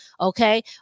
Okay